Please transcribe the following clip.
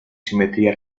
simetría